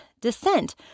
descent